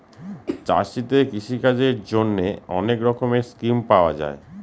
চাষীদের কৃষিকাজের জন্যে অনেক রকমের স্কিম পাওয়া যায়